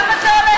למה זה עולה שוב?